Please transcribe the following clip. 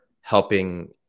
helping